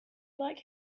like